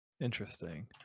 Interesting